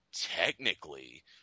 technically